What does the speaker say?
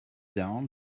down